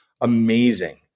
amazing